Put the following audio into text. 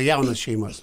jaunas šeimas